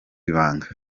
ibanga